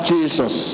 Jesus